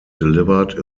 delivered